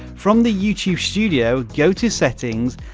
from the youtube studio, go to settings,